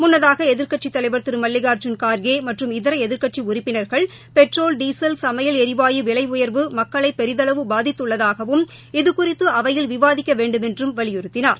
முன்னதாகஎதிா்க்கட்சித் தலைவா் திருமல்லிகாாஜூன் காா்கே மற்றும் இதரஎதிா்க்கட்சிஉறுப்பினா்கள் பெட்ரோல் டீசல் சனமயல் ளிவாயு விலைஉயா்வு மக்களைபெரிதளவு பாதித்துள்ளதாகவும் இது குறித்துஅவையில் விவாதிக்கவேண்டுமென்றும் வலியுறுத்தினார்